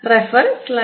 rr3mr3 3m